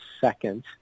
second